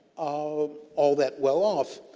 um all that well off.